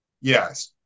Yes